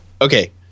Okay